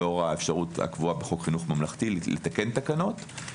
לאור האפשרות הקבועה בחוק חינוך ממלכתי לתקן תקנות.